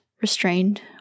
restrained